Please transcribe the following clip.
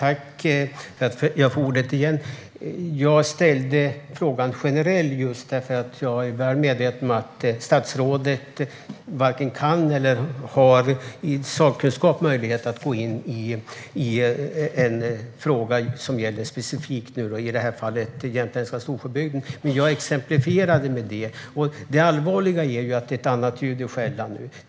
Herr talman! Jag ställde frågan generellt just därför att jag är väl medveten om att statsrådet varken har möjlighet eller sakkunskap att gå in i en specifik fråga. I det här fallet exemplifierade jag med jämtländska Storsjöbygden. Det allvarliga är att det är annat ljud i skällan nu.